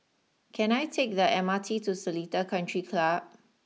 can I take the M R T to Seletar country Club